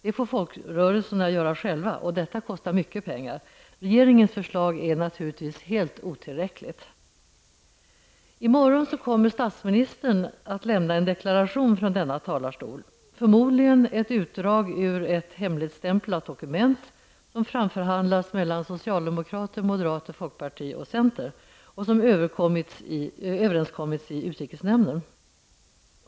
Det får folkrörelserna själva göra, och detta kostar mycket pengar. Regeringens förslag är naturligtvis helt otillräckligt. I morgon kommer statsministern att lämna en deklaration i denna talarstol -- förmodligen ett utdrag ur ett hemligstämplat dokument som framförhandlats mellan socialdemokraterna, moderaterna, folkpartiet och centern och som man har kommit överens om i utrikesnämnden.